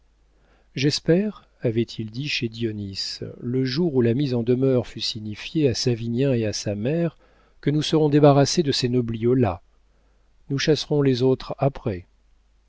avait-il dit chez dionis le jour où la mise en demeure fut signifiée à savinien et à sa mère que nous serons débarrassés de ces nobliaux là nous chasserons les autres après